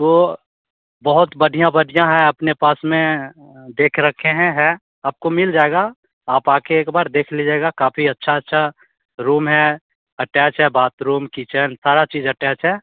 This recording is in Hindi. तो बहुत बढ़िया बढ़िया है अपने पास में देख रखे है आपको मिल जाएगा आप एक बार आकर देख लीजिएगा काफ़ी अच्छा अच्छा रूम है अटैच है बाथरूम किचन सारा चीज़ अटैच है